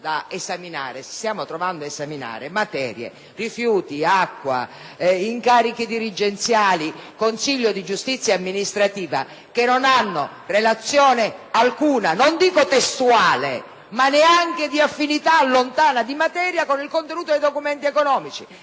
stiamo trovando ad esaminare materie (rifiuti, acqua, incarichi dirigenziali, Consiglio di giustizia amministrativa) che non hanno relazione alcuna, non dico testuale, ma neanche di lontana affinità di materia, con il contenuto dei documenti economici.